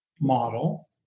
model